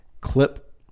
clip